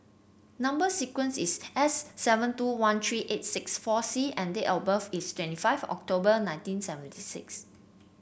number sequence is S seven two one three eight six four C and date of birth is twenty five October nineteen seventy six